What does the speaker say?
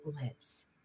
lives